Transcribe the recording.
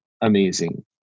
amazing